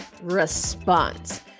response